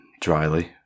dryly